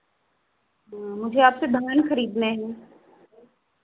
मुझे आपसे धान खरीदने हैं